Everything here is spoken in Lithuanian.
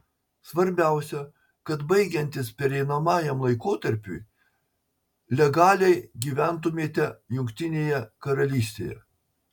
svarbiausia kad baigiantis pereinamajam laikotarpiui legaliai gyventumėte jungtinėje karalystėje